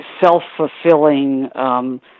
self-fulfilling